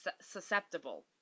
susceptible